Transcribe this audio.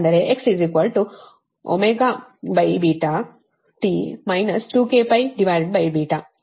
ಅಂದರೆ x t 2kπ ಇದು ಸಮೀಕರಣ 4 ಸರಿನಾ